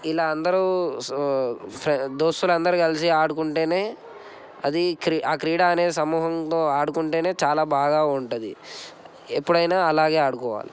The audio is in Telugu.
ఇలా అందరు దోస్తులు అందరు కలిసి ఆడుకుంటే అది క్రీడ క్రీడ అనేది సమూహంతో ఆడుకుంటే చాలా బాగా ఉంటుంది ఎప్పుడైనా అలాగే ఆడుకోవాలి